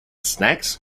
snacks